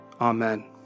Amen